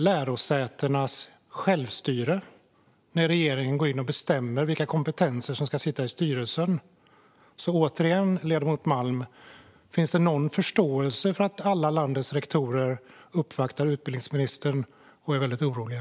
Lärosätenas självstyre kringskärs nu när regeringen går in och bestämmer vilka kompetenser som ska sitta i styrelsen. Återigen, ledamoten Malm: Finns det någon förståelse för att alla landets rektorer uppvaktar utbildningsministern och är väldigt oroliga?